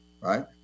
right